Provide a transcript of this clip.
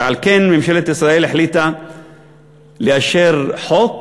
ועל כן ממשלת ישראל החליטה לאשר חוק